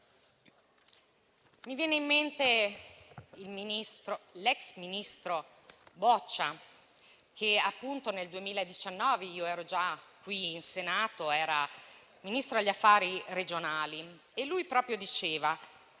Mi viene in mente l'ex ministro Boccia, che nel 2019 - io ero già in Senato - era Ministro agli affari regionali e lui stesso diceva